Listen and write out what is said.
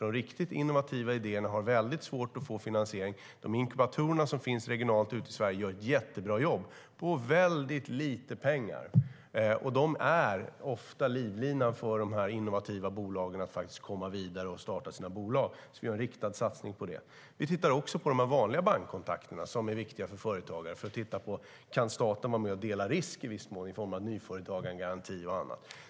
De riktigt innovativa idéerna har väldigt svårt att få finansiering, och inkubatorerna som finns regionalt ute i Sverige gör ett jättebra jobb - på väldigt lite pengar. De är ofta livlinan för de innovativa bolagen att faktiskt komma vidare och starta sina bolag. Vi har alltså en riktad satsning på det. Vi tittar också på de vanliga bankkontakterna, som är viktiga för företagare, för att titta på om staten kan vara med och i viss mån dela risken i form av nyföretagandegaranti och annat.